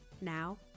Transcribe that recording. Now